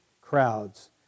crowds